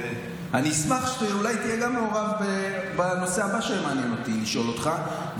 אני אשמח שאולי תהיה מעורב גם בנושא הבא שמעניין אותי לשאול אותך עליו,